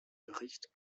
bericht